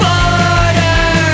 Border